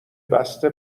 بسته